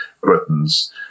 Britain's